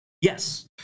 yes